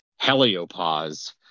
Heliopause